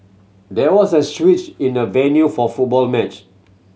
there was a switch in the venue for football match